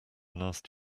last